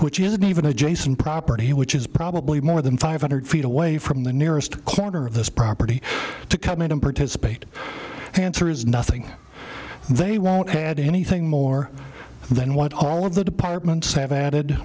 which is an even adjacent property which is probably more than five hundred feet away from the nearest corner of this property to come in and participate answers nothing they won't add anything more than what all of the departments have added